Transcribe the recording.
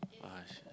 !wah! she